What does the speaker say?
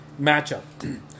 matchup